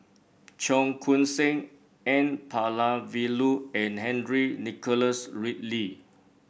Cheong Koon Seng N Palanivelu and Henry Nicholas Ridley